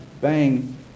bang